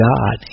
God